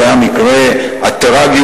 זה היה מקרה טרגי,